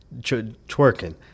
twerking